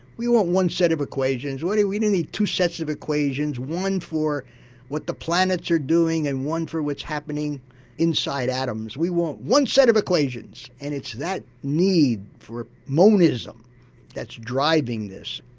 we want one set of equations, why do you need two sets of equations, one for what the planets are doing and one for what's happening inside atoms? we want one set of equations! and it's that need for monism that's driving this.